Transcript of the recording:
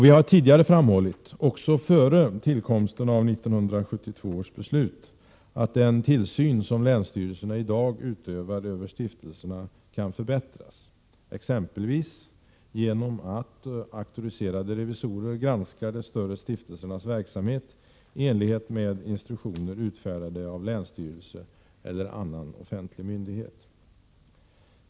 Vi har tidigare framhållit, också före tillkomsten av 1972 års beslut, att den tillsyn som länsstyrelserna i dag utövar över stiftelserna kan förbättras, exempelvis genom att auktoriserade revisorer granskar de större stiftelsernas verksamhet i enlighet med instruktioner utfärdade av länsstyrelse eller annan offentlig myndighet.